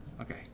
Okay